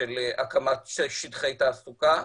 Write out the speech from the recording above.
של הקמת שטחי תעסוקה.